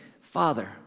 Father